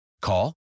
Call